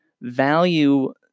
value